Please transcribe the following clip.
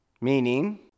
Meaning